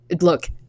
look